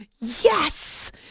Yes